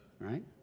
Right